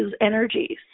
energies